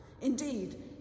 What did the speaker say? Indeed